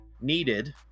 needed